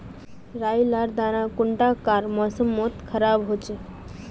राई लार दाना कुंडा कार मौसम मोत खराब होचए?